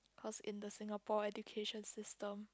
how's in the Singapore education system